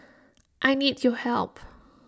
I need your help